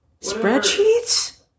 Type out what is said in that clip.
Spreadsheets